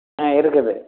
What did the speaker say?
ஆ இருக்குது